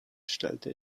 stellte